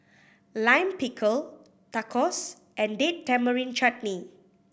Lime Pickle Tacos and Date Tamarind Chutney